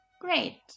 Great